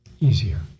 easier